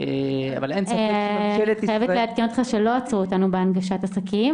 אני חייבת לעדכן אותך שלא עצרו אותנו בהנגשת עסקים,